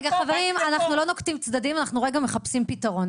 אנחנו לא נוקטים צדדים, אנחנו מחפשים פתרון.